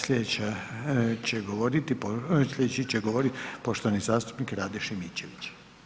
Sljedeća će govoriti, sljedeći će govoriti poštovani zastupnik Rade Šimičević.